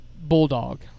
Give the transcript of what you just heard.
bulldog